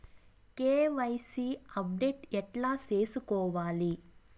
KYC update ఎట్లా సేసుకోవాలి?